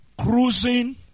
cruising